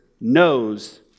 knows